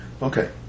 Okay